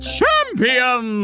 Champion